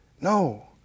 No